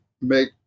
make